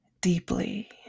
deeply